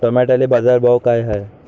टमाट्याले बाजारभाव काय हाय?